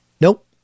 Nope